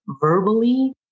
verbally